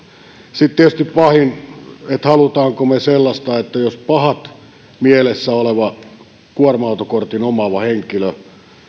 sitten tietysti pahin haluammeko me sellaista että pahat mielessä oleva kuorma autokortin omaava henkilö